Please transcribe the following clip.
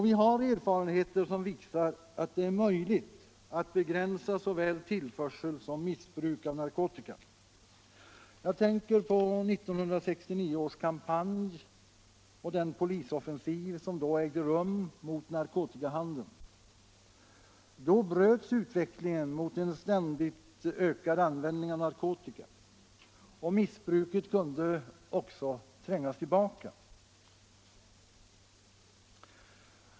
Vi har erfarenheter som visar att det är möjligt att begränsa såväl tillförsel som missbruk av narkotika. Jag tänker på 1969 års kampanj och den polisoffensiv som då ägde rum mot narkotikahandeln. Då bröts utvecklingen mot en ständigt ökad användning av narkotika, och missbruket kunde också trängas tillbaka.